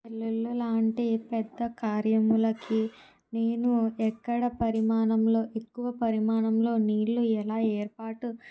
పెళ్ళిళ్ళు లాంటి పెద్ద కార్యములకి నేను ఎక్కడ పరిమాణంలో ఎక్కువ పరిమాణంలో నీళ్ళు ఎలా ఏర్పాటు